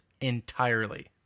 entirely